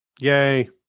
Yay